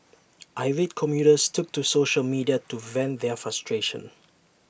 irate commuters took to social media to vent their frustration